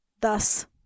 Thus